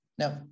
Now